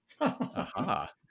Aha